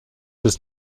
des